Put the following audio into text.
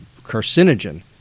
carcinogen